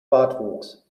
bartwuchs